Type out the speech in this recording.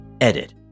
edit